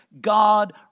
God